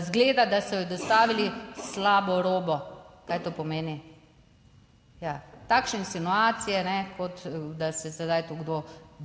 izgleda, da so ji dostavili slabo robo. Kaj to pomeni? Ja, takšne insinuacije kot da se sedaj tu kdo